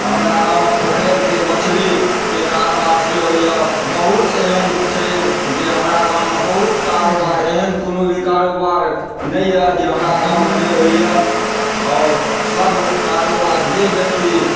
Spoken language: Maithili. हमरा गाँवमे पोखरिके मछलीके कारोबार से होइए बहुत एहन छै जे हमरा गाँवमे बहुत कारोबार एहन कोनो भी कारोबार नहिए जे हमरा गाँवमे नहि होइए आओर सभ कारोबार जे व्यक्ति